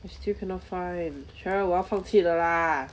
eh still cannot find cheryl 我要放弃了 lah